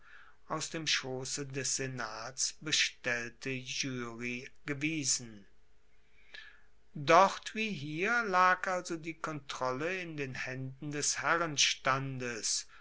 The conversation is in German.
aus dem schosse des senats bestellte jury gewiesen dort wie hier lag also die kontrolle in den haenden des